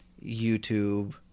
YouTube